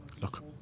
look